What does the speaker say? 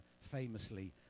famously